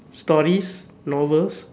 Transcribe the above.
stories novels